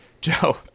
Joe